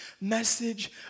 message